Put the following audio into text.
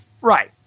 Right